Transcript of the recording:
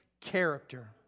character